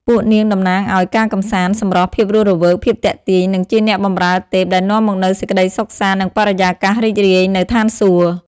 ពួកនាងតំណាងឲ្យ ការកម្សាន្ត សម្រស់ ភាពរស់រវើក ភាពទាក់ទាញ និងជាអ្នកបម្រើទេពដែលនាំមកនូវសេចក្តីសុខសាន្ត និងបរិយាកាសរីករាយនៅស្ថានសួគ៌។